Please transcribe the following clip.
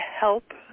help